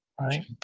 right